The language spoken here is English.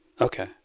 okay